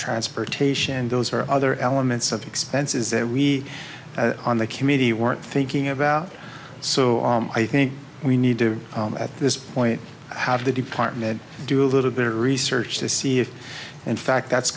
transportation those are other elements of expenses that we on the committee weren't thinking about so i think we need to at this point have the department do a little bit of research to see if in fact that's